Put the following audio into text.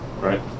right